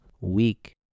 weak